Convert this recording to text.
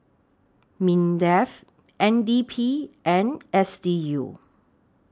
Mindef N D P and S D U